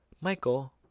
Michael